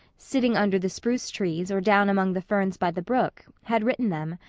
sitting under the spruce trees or down among the ferns by the brook, had written them.